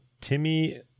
Timmy